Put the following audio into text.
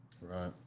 Right